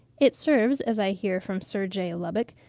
it serves, as i hear from sir j. lubbock,